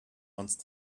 once